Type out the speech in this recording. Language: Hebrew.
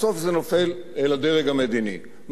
בסוף זה נופל אל הדרג המדיני,